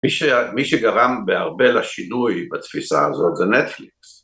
מי שגרם בהרבה לשינוי בתפיסה הזאת זה נטפליקס